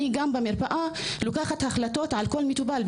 אני גם במרפאה, לוקחת החלטות על כל מטופל.